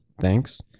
thanks